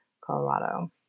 Colorado